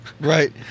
Right